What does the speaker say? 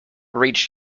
reached